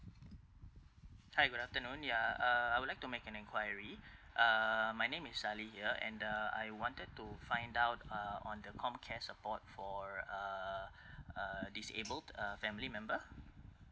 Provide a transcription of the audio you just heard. hi good afternoon ya uh I would like to make an enquiry uh my name is sali here and uh I wanted to find out uh on the COMCARE support for uh uh disabled uh family member